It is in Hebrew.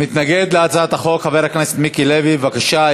מתנגד להצעת החוק חבר הכנסת מיקי לוי, בבקשה.